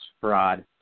fraud